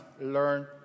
learn